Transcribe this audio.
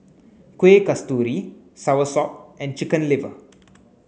Kueh Kasturi Soursop and chicken liver